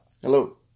Hello